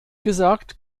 gesagt